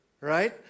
right